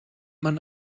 man